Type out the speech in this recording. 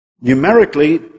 numerically